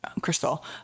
crystal